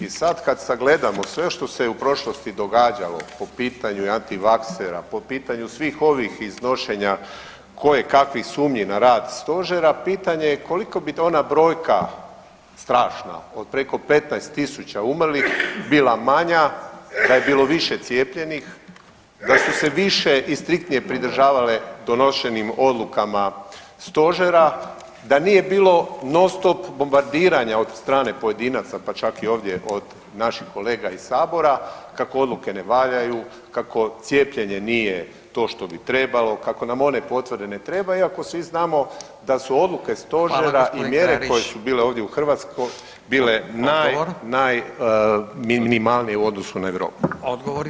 I sad kad sagledamo sve što se u prošlosti događalo po pitanju i antivaksera, po pitanju svih ovih iznošenja kojekakvih sumnji na rad stožera pitanje je kolika bi ona brojka strašna od preko 15.000 umrlih bila manja, da je bilo više cijepljenih, da su se više i striktnije pridržavali donošenim odlukama stožera, da nije bilo non stop bombardiranja od strane pojedinaca pa čak i ovdje od naših kolega iz sabora kako odluke ne valjaju, kako cijepljenje nije to što bi trebalo, kako nam one potvrde ne trebaju iako svi znamo da su odluke stožera i [[Upadica: Hvala gospodin Klarić.]] mjere koje su bile ovdje u Hrvatskoj bile naj, najminimalnije u odnosu na Europu.